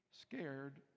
scared